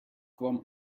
kwam